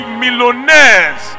millionaires